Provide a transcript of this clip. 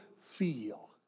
feel